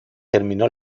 terminó